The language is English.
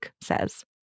says